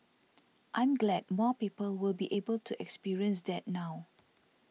I'm glad more people will be able to experience that now